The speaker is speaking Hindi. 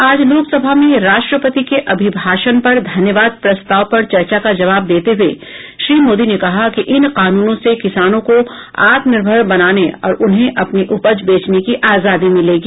आज लोकसभा में राष्ट्रपति के अभिभाषण पर धन्यवाद प्रस्ताव पर चर्चा का जवाब देते हुए श्री मोदी ने कहा कि इन कानूनों से किसानों को आत्मनिर्भर बनाने और उन्हें अपनी उपज बेचने की आजादी मिलेगी